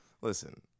Listen